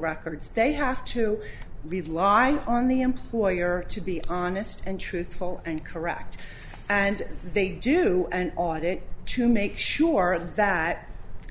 records they have to rely on the employer to be honest and truthful and correct and they do an audit to make sure that